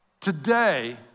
Today